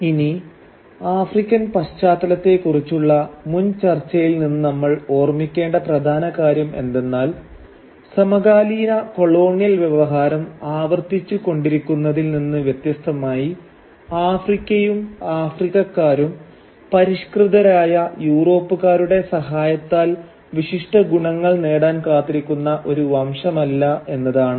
ഇനി ആഫ്രിക്കൻ പശ്ചാത്തലത്തെ കുറിച്ചുള്ള മുൻ ചർച്ചയിൽ നിന്ന് നമ്മൾ ഓർമ്മിക്കേണ്ട പ്രധാന കാര്യം എന്തെന്നാൽ സമകാലീന കൊളോണിയൽ വ്യവഹാരം ആവർത്തിച്ചുകൊണ്ടിരിക്കുന്നതിൽ നിന്ന് വ്യത്യസ്തമായി ആഫ്രിക്കയും ആഫ്രിക്കക്കാരും പരിഷ്കൃതരായ യൂറോപ്പ്ക്കാരുടെ സഹായത്താൽ വിശിഷ്ട ഗുണങ്ങൾ നേടാൻ കാത്തിരിക്കുന്ന ഒരു വംശമല്ല എന്നതാണ്